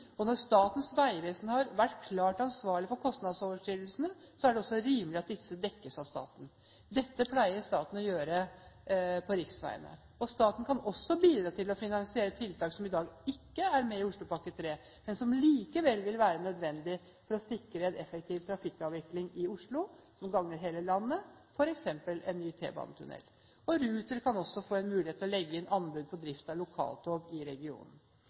statsbudsjett. Når Statens vegvesen har vært klart ansvarlig for kostnadsoverskridelser, er det også rimelig at disse dekkes av staten. Dette pleier staten å gjøre på riksveiene. Staten kan også bidra til å finansiere tiltak som i dag ikke er med i Oslopakke 3, men som likevel vil være nødvendig for å sikre effektiv trafikkavvikling i Oslo som gagner hele landet, f.eks. en ny T-banetunnel. Ruter kan også få en mulighet til å legge inn anbud på drift av lokaltog i regionen.